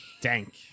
Dank